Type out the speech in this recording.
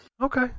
Okay